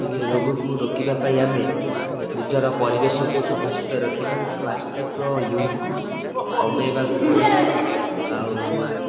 ରୋଗକୁ ରୋକିବା ପାଇଁ ଆମେ ନିଜର ପରିବେଶକୁ ସଫାସୁତୁରା ରଖିବା ପ୍ଲାଷ୍ଟିକର ୟ୍ୟୁଜ୍କୁ କମେଇବାକୁ ପଡ଼ିବା ଆଉ